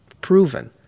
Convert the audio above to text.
proven